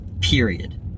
period